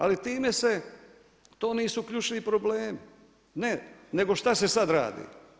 Ali time se u to nisu ključni problemi, ne nego šta se sada radi?